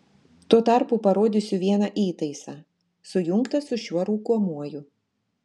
tuo tarpu parodysiu vieną įtaisą sujungtą su šiuo rūkomuoju